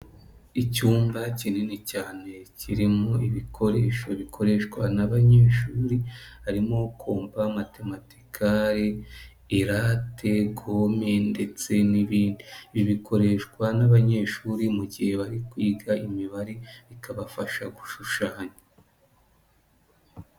Icyumba kinini cyane kirimo ibikoresho bikoreshwa n'abanyeshuri, harimo kumpa matematikari irate, kome ndetse n'bindi bikoreshwa n'abanyeshuri mu gihe bari kwiga imibare bikabafasha gushushanya.